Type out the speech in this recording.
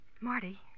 Marty